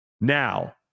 Now